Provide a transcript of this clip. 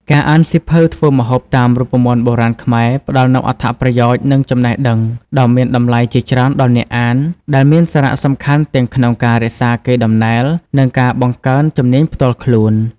ការអានសៀវភៅធ្វើម្ហូបតាមរូបមន្តបុរាណខ្មែរផ្ដល់នូវអត្ថប្រយោជន៍ និងចំណេះដឹងដ៏មានតម្លៃជាច្រើនដល់អ្នកអាន ដែលមានសារៈសំខាន់ទាំងក្នុងការរក្សាកេរដំណែល និងការបង្កើនជំនាញផ្ទាល់ខ្លួន។